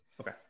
okay